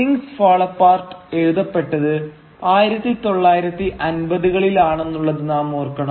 things fall apart എഴുതപ്പെട്ടത് 1950 കളിൽ ആണെന്നുള്ളത് നാമോർക്കണം